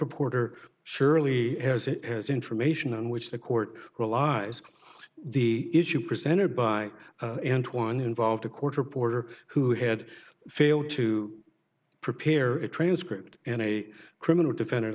reporter surely has it has information on which the court realized the issue presented by one involved a court reporter who had failed to prepare a transcript in a criminal defendant